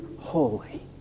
holy